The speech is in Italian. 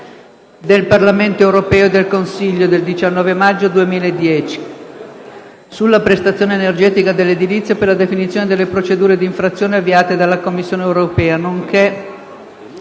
del Parlamento europeo e del Consiglio del 19 maggio 2010, sulla prestazione energetica nell'edilizia per la definizione delle procedure d'infrazione avviate dalla Commissione europea, nonché